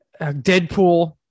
Deadpool